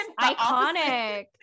Iconic